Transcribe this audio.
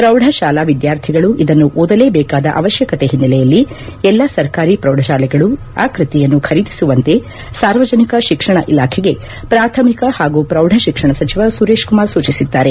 ಪ್ರೌಢ ಶಾಲಾ ವಿದ್ಯಾರ್ಥಿಗಳು ಇದನ್ನು ಓದಲೇಬೇಕಾದ ಅವಶ್ಯಕತೆ ಹಿನ್ನೆಲೆಯಲ್ಲಿ ಎಲ್ಲ ಸರ್ಕಾರಿ ಪ್ರೌಢಶಾಲೆಗಳು ಆ ಕೃತಿಯನ್ನು ಖರೀದಿಸುವಂತೆ ಸಾರ್ವಜನಿಕ ಶಿಕ್ಷಣ ಇಲಾಖೆಗೆ ಪ್ರಾಥಮಿಕ ಹಾಗೂ ಪ್ರೌಢಶಿಕ್ಷಣ ಸಚಿವ ಸುರೇಶಕುಮಾರ್ ಸೂಚಿಸಿದ್ದಾರೆ